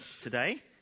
today